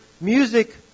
music